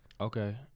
Okay